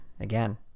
Again